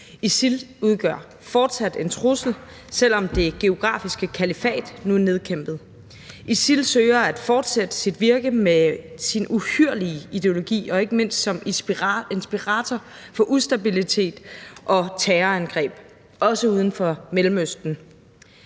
ISIL udgør fortsat en trussel, selv om det geografiske kalifat nu er nedkæmpet. ISIL søger at fortsætte sit virke med sin uhyrlige ideologi og ikke mindst som inspirator for ustabilitet og terrorangreb, også uden for Mellemøsten.